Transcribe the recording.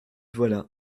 voilà